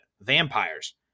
vampires